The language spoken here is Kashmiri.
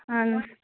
اہن حظ